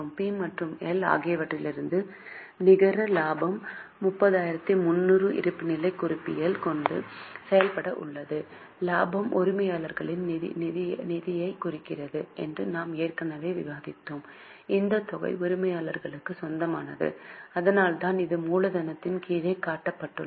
B மற்றும் L ஆகியவற்றிலிருந்து நிகர லாபம் 30300 இருப்புநிலைக் குறிப்பில் கொண்டு செல்லப்பட உள்ளது லாபம் உரிமையாளர்களின் நிதியைக் குறிக்கிறது என்று நாம் ஏற்கனவே விவாதித்தோம் இந்த தொகை உரிமையாளர்களுக்கு சொந்தமானது அதனால்தான் இது மூலதனத்திற்கு கீழே காட்டப்பட்டுள்ளது